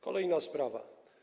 Kolejna sprawa.